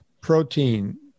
protein